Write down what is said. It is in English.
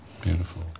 beautiful